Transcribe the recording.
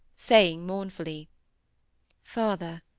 saying mournfully father,